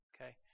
Okay